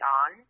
on